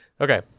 okay